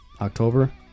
October